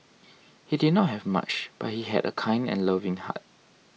he did not have much but he had a kind and loving heart